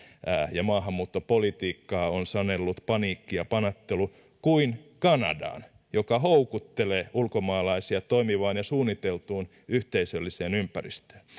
ja maahanmuuttopolitiikkaa on sanellut paniikki ja panettelu kuin kanadaan joka houkuttelee ulkomaalaisia toimivaan ja suunniteltuun yhteisölliseen ympäristöön